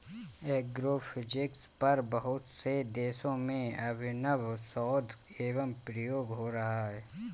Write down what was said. agrophysics पर बहुत से देशों में अभिनव शोध एवं प्रयोग हो रहा है